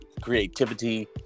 creativity